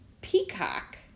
Peacock